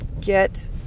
get